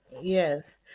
Yes